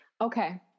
Okay